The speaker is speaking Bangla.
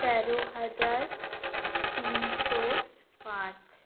তেরো হাজার তিনশো পাঁচ